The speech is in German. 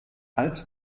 als